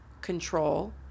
control